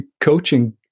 Coaching